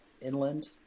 inland